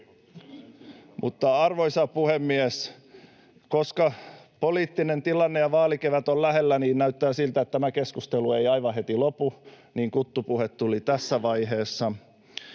Arvoisa puhemies! Koska poliittinen tilanne ja koska vaalikevät on lähellä, näyttää siltä, että tämä keskustelu ei aivan heti lopu, joten kuttupuhe tuli tässä vaiheessa.